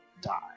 die